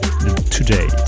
today